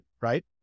right